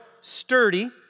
sturdy